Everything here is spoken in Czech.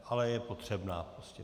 Ale je potřebná prostě.